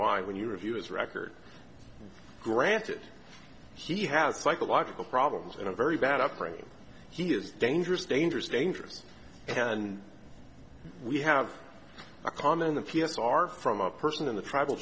why when you review his record granted he has psychological problems and a very bad upbringing he is dangerous dangerous dangerous and we have a con on the p s are from a person in the tr